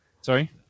Sorry